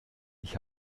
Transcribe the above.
ich